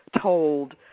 told